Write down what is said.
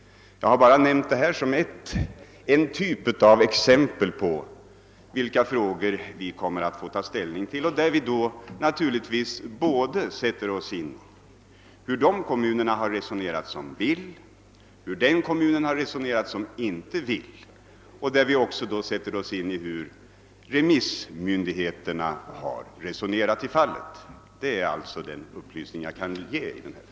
Jag har nämnt detta exempel såsom ett typexempel på vilka frågor vi kommer att få ta ställning till och där vi då naturligtvis sätter oss in i både hur de kommuner har resonerat som vill ha en sammanläggning och hur de kommuner har resonerat som inte vill. Vi tar även del av remissmyndigheternas resonemang i fallet. Detta är den upplysning som jag kan ge i denna fråga.